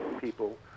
people